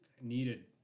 Needed